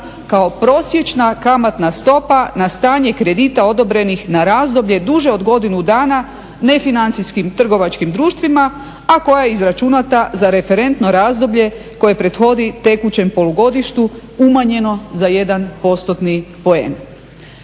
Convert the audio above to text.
kao prosječna kamatna stopa na stanje kredita odobrenih na razdoblje duže od godinu dana nefinancijskim trgovačkim društvima a koja je izračunata za referentno razdoblje koje prethodi tekućem polugodištu umanjeno za jedan postotni poen.